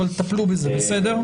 אבל טפלו בזה בסדר?